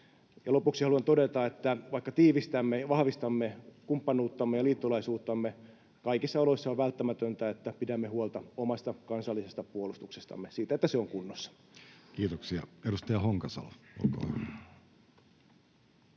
Lopuksi haluan todeta, että vaikka tiivistämme ja vahvistamme kumppanuuttamme ja liittolaisuuttamme, kaikissa oloissa on välttämätöntä, että pidämme huolta omasta kansallisesta puolustuksestamme, siitä, että se on kunnossa. Kiitoksia. — Edustaja Honkasalo, olkaa